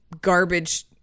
garbage